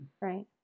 Right